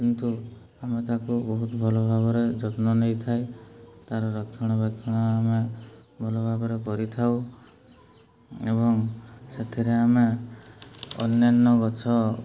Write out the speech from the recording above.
କିନ୍ତୁ ଆମେ ତା'କୁ ବହୁତ ଭଲ ଭାବରେ ଯତ୍ନ ନେଇଥାଏ ତା'ର ରକ୍ଷଣ ବେକ୍ଷଣ ଆମେ ଭଲ ଭାବରେ କରିଥାଉ ଏବଂ ସେଥିରେ ଆମେ ଅନ୍ୟାନ୍ୟ ଗଛ